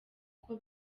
uko